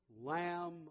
Lamb